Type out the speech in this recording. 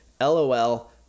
LOL